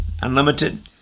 Unlimited